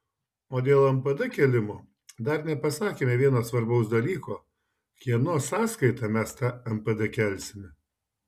o dėl npd kėlimo dar nepasakėme vieno svarbaus dalyko kieno sąskaita mes tą npd kelsime